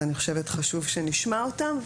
אני חושבת שחשוב שנשמע אותם.